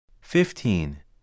Fifteen